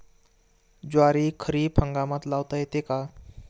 ज्वारी खरीप हंगामात लावता येते का?